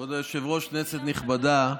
כבוד היושב-ראש, כנסת נכבדה,